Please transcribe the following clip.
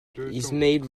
ismail